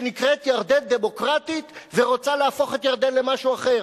שנקראת "ירדן דמוקרטית" ורוצה להפוך את ירדן למשהו אחר.